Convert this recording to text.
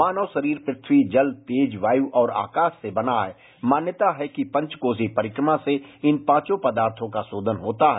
मानव शरीर पृथ्वीजलतेजवायु और आकाश से बना हैं मान्यता हैं कि पञ्जच कोसी परिक्रमा से इन पांचो पदार्थों का शोधन होता है